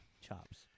Chops